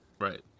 Right